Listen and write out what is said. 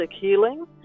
healing